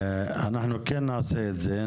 אנחנו כן נעשה את זה.